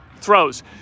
throws